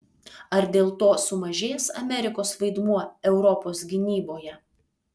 ar dėl to sumažės amerikos vaidmuo europos gynyboje